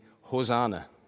Hosanna